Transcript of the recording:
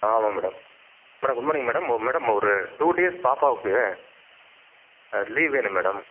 ஆமாம் madam madam good morning madam madam ஒரு two days பாப்பாவுக்கு லீவு வேணும் மேடம்